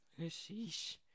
sheesh